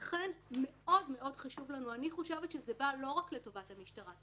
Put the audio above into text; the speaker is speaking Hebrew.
לכן מאוד-מאוד חשוב לנו אני חושבת שזה לא בא רק לטובת המשטרה.